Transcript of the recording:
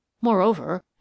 Moreover